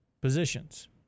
positions